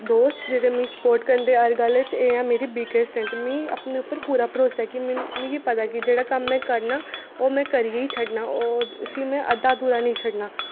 दोस्त जेह्ड़े मिगी स्पोर्ट करदे हर गल्ल च एह् ऐ मेरी बिग्गेस्ट स्ट्रेंथ मिगी अपने उप्पर पूरा भरोसा ऐ कि मिगी पता ऐ कि जेह्ड़ा कम्म में करना ओह् में करियै ही छड्डना ओह् उसी में अद्धा अधूरा नी छड्डना